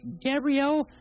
Gabrielle